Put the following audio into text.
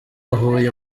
huye